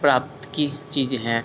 प्राप्त की चीज हैं